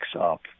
up